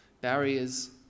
Barriers